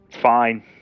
Fine